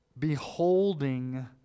beholding